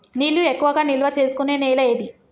నీళ్లు ఎక్కువగా నిల్వ చేసుకునే నేల ఏది?